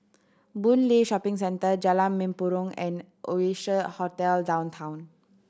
Boon Lay Shopping Centre Jalan Mempurong and Oasia Hotel Downtown